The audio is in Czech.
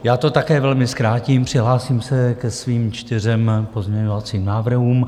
Já to také velmi zkrátím, přihlásím se ke svým čtyřem pozměňovacím návrhům.